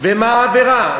ומה העבירה?